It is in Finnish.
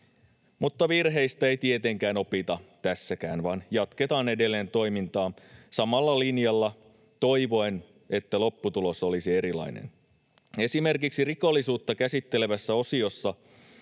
Mutta virheistä ei tietenkään opita tässäkään, vaan jatketaan edelleen toimintaa samalla linjalla toivoen, että lopputulos olisi erilainen. Esimerkiksi rikollisuutta käsittelevässä osiossa